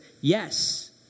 Yes